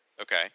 Okay